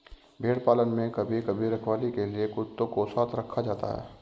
भेड़ पालन में कभी कभी रखवाली के लिए कुत्तों को साथ रखा जाता है